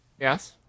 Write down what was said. Yes